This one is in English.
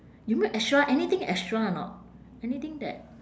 you mean extra anything extra or not anything that